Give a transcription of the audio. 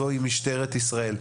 זוהי משטרת ישראל.